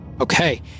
Okay